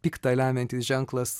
pikta lemiantis ženklas